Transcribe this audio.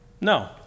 No